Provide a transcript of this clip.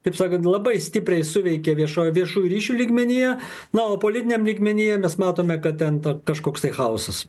kaip sakant labai stipriai suveikė viešoj viešų ryšių lygmenyje na o politiniam lygmenyje mes matome kad ten kažkoks chaosas